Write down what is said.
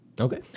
Okay